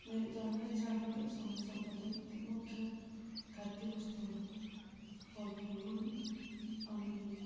मेरो धार्मिक चाडबाडसँग सम्बन्धित मुख्य खाद्य वस्तुहरू फल फुल हुन् अनि